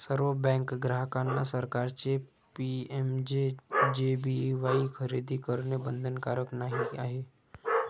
सर्व बँक ग्राहकांना सरकारचे पी.एम.जे.जे.बी.वाई खरेदी करणे बंधनकारक नाही आहे